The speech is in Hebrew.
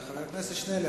חבר הכנסת שנלר?